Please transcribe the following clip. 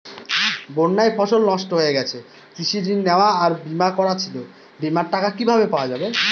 বন্যায় ফসল নষ্ট হয়ে গেছে কৃষি ঋণ নেওয়া আর বিমা করা ছিল বিমার টাকা কিভাবে পাওয়া যাবে?